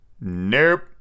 Nope